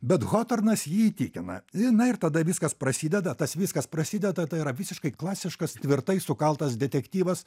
bet hotornas jį įtikina i na ir tada viskas prasideda tas viskas prasideda tai yra visiškai klasiškas tvirtai sukaltas detektyvas